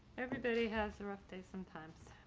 everybody has a rough day sometimes.